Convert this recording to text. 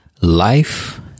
Life